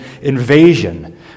invasion